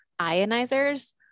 ionizers